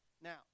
Now